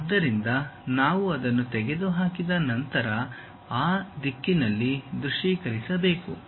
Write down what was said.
ಆದ್ದರಿಂದ ನಾವು ಅದನ್ನು ತೆಗೆದುಹಾಕಿದ ನಂತರ ಆ ದಿಕ್ಕಿನಲ್ಲಿ ದೃಶ್ಯೀಕರಿಸಬೇಕು